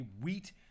wheat